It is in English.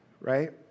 right